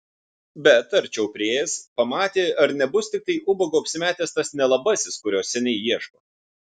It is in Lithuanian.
bet arčiau priėjęs pamatė ar nebus tiktai ubagu apsimetęs tas nelabasis kurio seniai ieško